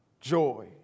joy